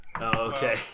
okay